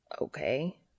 Okay